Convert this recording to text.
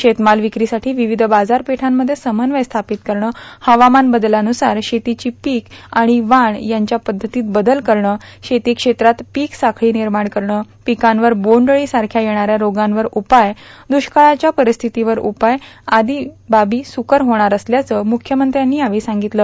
शेतमाल ांवक्रीसाठी ांवांवध बाजारपेठांमध्ये समन्वय स्थार्ापत करणे हवामान बदलानुसार शेतीची पीक व वान यांच्या पध्दतीत बदल करणे शेती क्षेत्रात पीक साखळी र् नमाण करणे र्पकांवर र्बांडअळी सारख्या येणा या रोगांवर उपाय द्ष्काळाच्या र्पारस्थितीवर उपाय आर्दो बाबी सुकर होणार असल्याचे मुख्यमंत्री यांनी सांगितलं